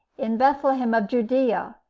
in bethlehem of judea,